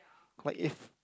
what if